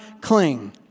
cling